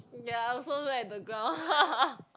ya I also look at the ground